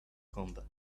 combat